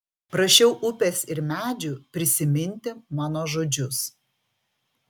prašiau upės ir medžių prisiminti mano žodžius